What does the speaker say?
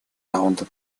раунда